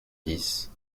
dix